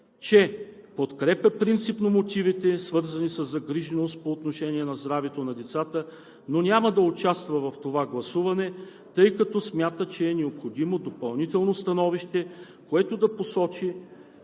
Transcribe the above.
че подкрепя принципно мотивите, свързани със загриженост по отношение на здравето на децата, но няма да участва в това гласуване, тъй като смята, че е необходимо допълнително становище, което да посочи